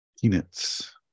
peanuts